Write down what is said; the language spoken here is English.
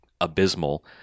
abysmal